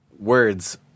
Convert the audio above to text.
words